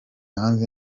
hanze